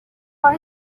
for